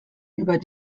über